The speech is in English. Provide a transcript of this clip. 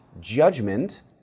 judgment